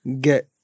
get